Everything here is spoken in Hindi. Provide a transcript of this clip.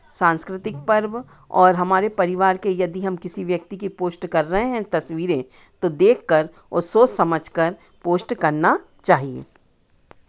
सांस्कृतिक पर्व और हमारे परिवार के यदि हम किसी व्यक्ति की पोस्ट कर रहे हैं तस्वीरें तो देखकर और सोच समझकर पोस्ट करना चाहिए